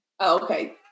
okay